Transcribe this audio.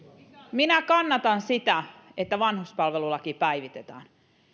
minä kannatan sitä että vanhuspalvelulaki päivitetään